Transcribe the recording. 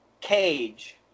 cage